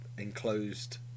enclosed